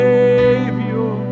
Savior